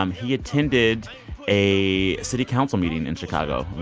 um he attended a city council meeting in chicago.